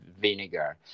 vinegar